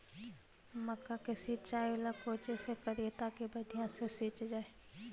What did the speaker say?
मक्का के सिंचाई ला कोची से करिए ताकी बढ़िया से सींच जाय?